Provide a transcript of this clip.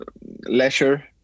leisure